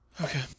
Okay